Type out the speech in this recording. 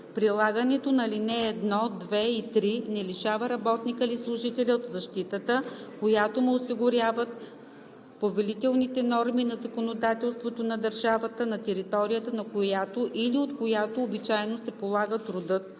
Прилагането на ал. 1, 2 и 3 не лишава работника или служителя от защитата, която му осигуряват повелителните норми на законодателството на държавата, на територията на която или от която обичайно се полага трудът,